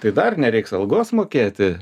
tai dar nereiks algos mokėti